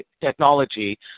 technology